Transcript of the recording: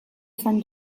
sant